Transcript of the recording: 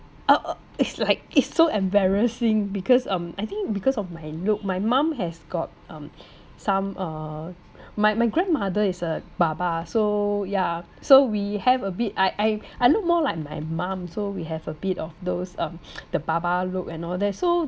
ah oh it's like it's so embarrassing because um I think because of my look my mum has got um some uh my my grandmother is a baba so yeah so we have a bit I I I look more like my mum so we have a bit of those um the baba look and all that so